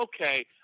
Okay